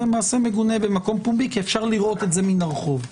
אז זה מעשה מגונה במקום פומבי כי אפשר לראות את זה מן הרחוב.